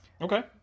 Okay